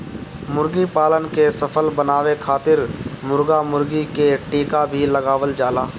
मुर्गीपालन के सफल बनावे खातिर मुर्गा मुर्गी के टीका भी लगावल जाला